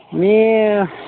मी